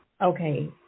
Okay